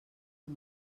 amb